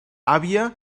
àvia